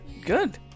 Good